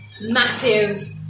massive